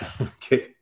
Okay